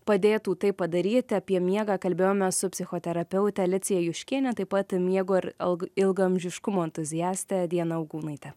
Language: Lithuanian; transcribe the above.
padėtų tai padaryt apie miegą kalbėjomės su psichoterapeute alicija juškiene taip pat miego ir alg ilgaamžiškumo entuziaste diana augūnaite